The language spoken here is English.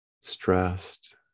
stressed